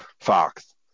Fox